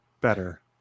better